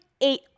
eight